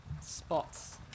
spots